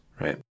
right